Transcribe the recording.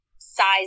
size